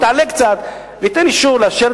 אני מבקש באמת שיתעלה קצת וייתן אישור לאשר